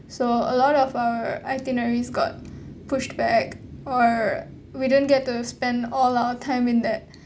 so a lot of our itineraries got pushed back or we didn't get to spend all our time in that